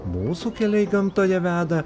mūsų keliai gamtoje veda